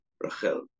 Rachel